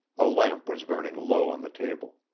a lamp was burning low on the table.